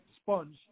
sponge